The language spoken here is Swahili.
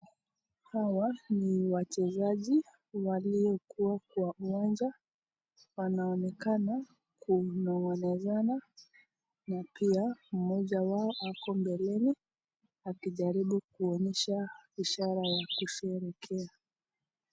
Hawa ni wachezaji waliokuwa kwa uwanja wanaonekana kunongonezana na pia moja wao ako mbeleni akijaribu kuonyesha ishara ya kuusherekea.